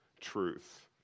truth